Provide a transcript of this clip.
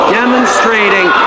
demonstrating